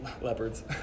leopards